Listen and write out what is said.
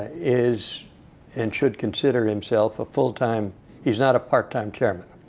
is and should consider himself a full time he's not a part time chairman.